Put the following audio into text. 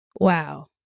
wow